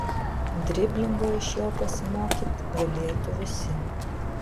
driblingo iš jo pasimokyt galėtų visi